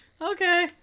Okay